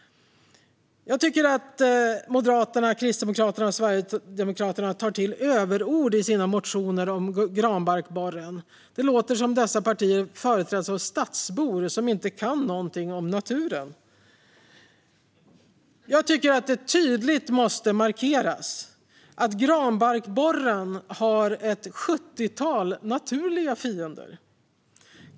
Jag tycker att Moderaterna, Kristdemokraterna och Sverigedemokraterna tar till överord i sina motioner om granbarkborren. Det låter som om dessa partier företräds av stadsbor som inte kan någonting om naturen. Jag tycker att det tydligt måste markeras att granbarkborren har ett sjuttiotal naturliga fiender.